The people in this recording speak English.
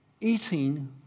eating